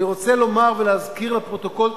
אני רוצה לומר ולהזכיר לפרוטוקול את